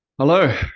Hello